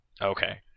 Okay